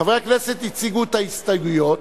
חברי הכנסת הציגו את ההסתייגויות,